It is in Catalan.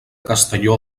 castelló